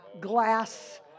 glass